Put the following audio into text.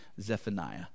Zephaniah